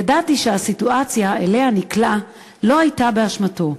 ידעתי שהסיטואציה שאליה נקלע לא הייתה באשמתו,